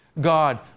God